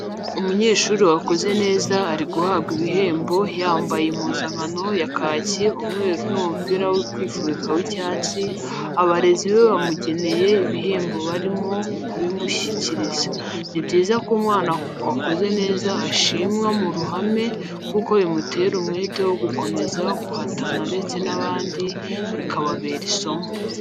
Umunyeshuri wakoze neza ari guhabwa ibihembo yambaye impuzankano ya kaki, umweru n'umupira wo kwifubika w'icyatsi, abarezi be bamugeneye ibihembo barimo kubimushyikiriza, ni byiza ko umwana wakoze neza ashimirwa mu ruhame kuko bimutera umwete wo gukomeza guhatana ndetse n'abandi bikababera isomo.